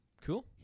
Cool